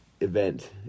event